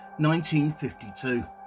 1952